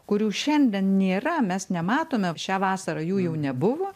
kurių šiandien nėra mes nematome šią vasarą jų jau nebuvo